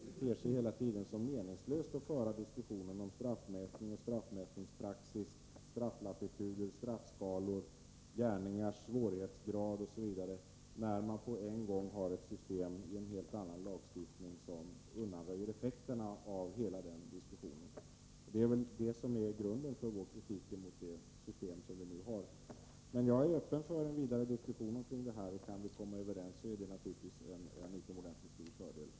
Det ter sig hela tiden som meningslöst att föra en diskussion om straffmätning och straffmätningspraxis, strafflatituder, straffskalor, gärningars svårighetsgrad osv., om man samtidigt har ett system inom en annan lagstiftning som undanröjer effekterna av hela den diskussionen. Det är detta som är grunden för vår kritik mot det system som nu gäller. Men jag är öppen för vidare diskussioner, och om vi då kan komma överens är det naturligtvis en utomordentligt stor fördel.